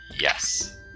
Yes